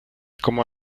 como